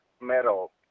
metal